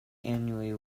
annually